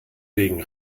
wegen